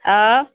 आँ